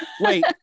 Wait